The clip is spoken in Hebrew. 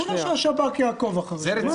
למה שהשב"כ יעקוב אחרינו?